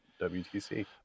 WTC